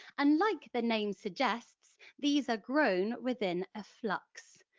and like the name suggests, these are grown within a flux.